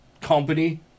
company